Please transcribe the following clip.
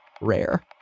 rare